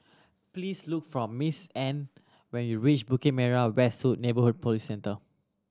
please look for Miss Anne when you reach Bukit Merah West Neighbourhood Police Centre